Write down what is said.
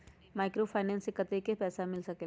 Microfinance से कतेक पैसा मिल सकले ला?